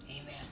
Amen